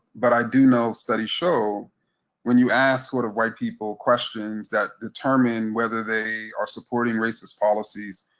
but i do know studies show when you ask sort of white people questions that determine whether they are supporting racist policies,